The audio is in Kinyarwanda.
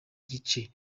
gice